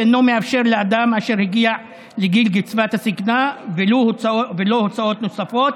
ואינו מאפשר לאדם אשר הגיע לגיל קצבת הזקנה ולו הוצאות נוספות.